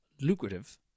lucrative